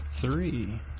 three